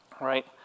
right